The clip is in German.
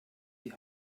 die